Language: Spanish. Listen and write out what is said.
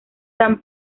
san